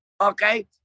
okay